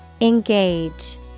Engage